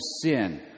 sin